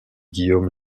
guillaume